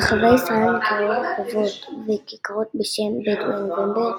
ברחבי ישראל נקראו רחובות וכיכרות בשם "ב' בנובמבר"